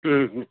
ಹ್ಞೂ ಹ್ಞೂ